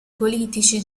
politici